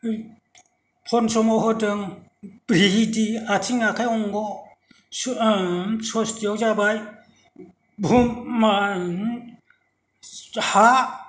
पनच्म आव होदों ब्रिहिदि आथिं आखाइ अंग' स'स्तिआव जाबाय भुम हा